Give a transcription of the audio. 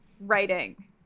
writing